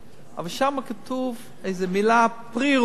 אבל שם כתוב איזו מלה: pre rulling.